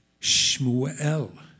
Shmuel